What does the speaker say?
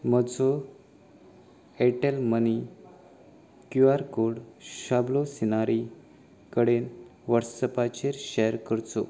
म्हजो Airtel money Q R code शाबलो सिनारी कडेन व्हॉट्सॲपाचेर शॅर करचो